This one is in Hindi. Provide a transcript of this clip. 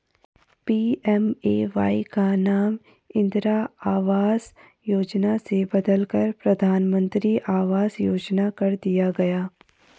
पी.एम.ए.वाई का नाम इंदिरा आवास योजना से बदलकर प्रधानमंत्री आवास योजना कर दिया गया